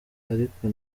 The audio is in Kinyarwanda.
ariko